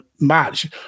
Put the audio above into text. match